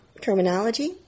terminology